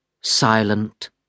silent